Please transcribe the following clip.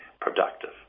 productive